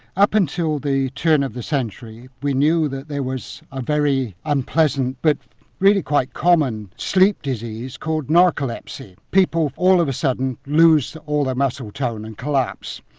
up until the turn of the century we knew that there was a very unpleasant but really quite common sleep disease called narcolepsy. people all of a sudden lose all their muscle tone and collapse.